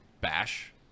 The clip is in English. bash